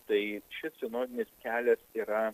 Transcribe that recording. tai šis sinodinis kelias yra